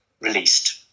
released